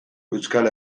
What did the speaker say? euskal